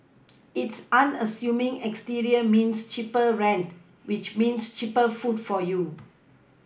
its unassuming exterior means cheaper rent which means cheaper food for you